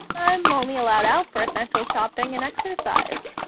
i'm only allowed out for essential shopping and exercise.